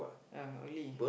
ya early